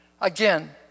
Again